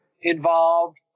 involved